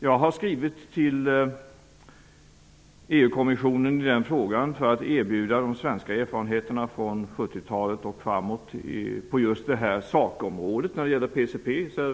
Jag har skrivit till EU-kommissionen i frågan för att erbjuda de svenska erfarenheterna från 70-talet och framåt på just det sakområde som gäller PCP.